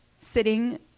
sitting